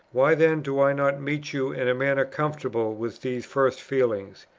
why then do i not meet you in a manner conformable with these first feelings?